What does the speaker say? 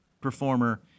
performer